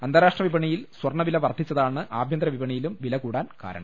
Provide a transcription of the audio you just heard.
അന്താ രാഷ്ട്ര വിപണിയിൽ സ്വർണവില വർദ്ധിച്ചതാണ് ആഭ്യന്തരവിപ ണിയിലും വില കൂടാൻ കാരണം